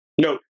No